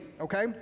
okay